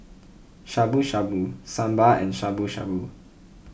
Shabu Shabu Sambar and Shabu Shabu